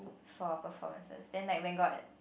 for performances then like when got